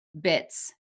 bits